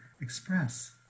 express